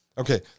Okay